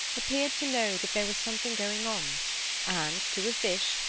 appeared to know that there was something going on and, to a fish,